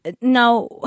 Now